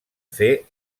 fer